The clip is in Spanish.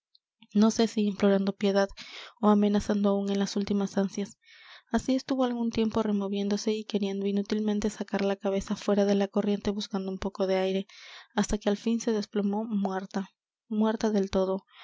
no sé si implorando piedad ó amenazando aún en las últimas ansias así estuvo algún tiempo removiéndose y queriendo inútilmente sacar la cabeza fuera de la corriente buscando un poco de aire hasta que al fin se desplomó muerta muerta del todo